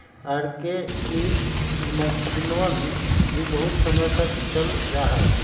R K की मक्षिणवन भी बहुत समय तक चल जाहई